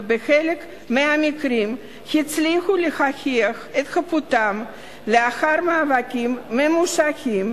ובחלק מהמקרים הצליחו להוכיח את חפותם לאחר מאבקים ממושכים,